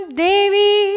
devi